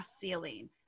ceiling